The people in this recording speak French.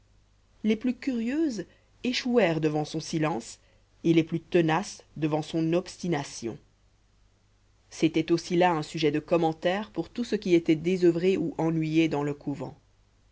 les plus curieuses échouèrent devant son silence et les plus tenaces devant son obstination c'était aussi là un sujet de commentaires pour tout ce qui était désoeuvré ou ennuyé dans le couvent